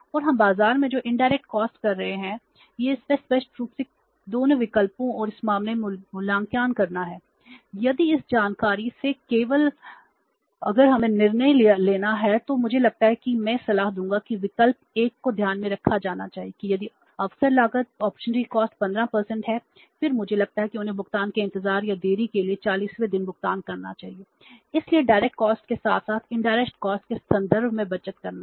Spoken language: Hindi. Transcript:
और हम बाजार में जो इनडायरेक्ट कॉस्ट के संदर्भ में बचत करना है